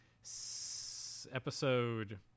episode